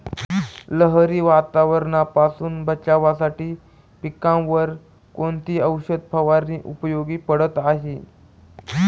लहरी वातावरणापासून बचावासाठी पिकांवर कोणती औषध फवारणी उपयोगी पडत आहे?